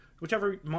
whichever